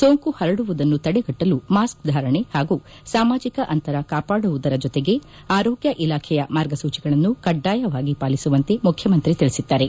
ಸೋಂಕು ಹರಡುವುದನ್ನು ತಡೆಗಟ್ಟಲು ಮಾಸ್ಕ್ ಧಾರಣೆ ಹಾಗೂ ಸಾಮಾಜಿಕ ಅಂತರ ಕಾಪಾದುವುದರ ಜೊತೆಗೆ ಆರೋಗ್ಯ ಇಲಾಖೆಯ ಮಾರ್ಗಸೂಚಿಗಳನ್ನು ಕಡ್ಡಾಯವಾಗಿ ಪಾಲಿಸುವಂತೆ ಮುಖ್ಯಮಂತ್ರಿ ತಿಳಿಸಿದ್ದಾರೆ